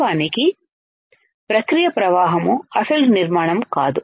mass ఫెట్ ను ఎలా తయారు చేయాలో మనం చూశాము వాస్తవానికి ప్రక్రియ ప్రవాహం అసలు నిర్మాణం కాదు